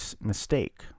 mistake